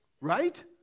Right